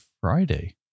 Friday